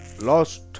lost